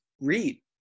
read